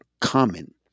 common